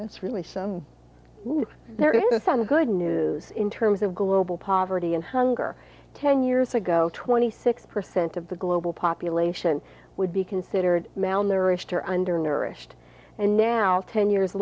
that's really some there is some good news in terms of global poverty and hunger ten years ago twenty six percent of the global population would be considered malnourished